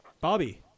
Bobby